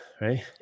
right